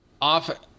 off